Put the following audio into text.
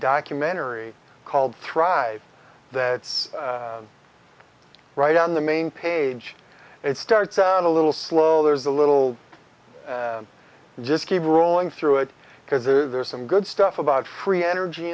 documentary called thrive that's right on the main page it starts out a little slow there's a little just keep rolling through it because there's some good stuff about free energy